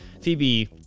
phoebe